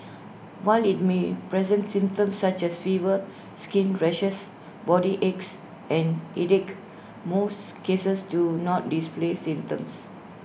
while IT may present symptoms such as fever skin rashes body aches and headache most cases do not display symptoms